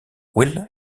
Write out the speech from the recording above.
will